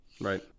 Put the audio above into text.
Right